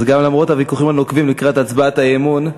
אז למרות הוויכוחים הנוקבים לקראת הצבעת האי-אמון,